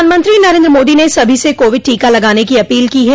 प्रधानमंत्री नरेन्द्र मोदी ने सभी से कोविड टीका लगाने की अपील की है